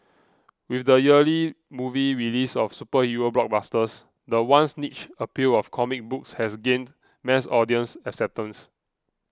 with the yearly movie releases of superhero blockbusters the once niche appeal of comic books has gained mass audience acceptance